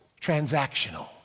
transactional